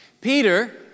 Peter